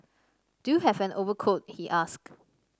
do you have an overcoat he asked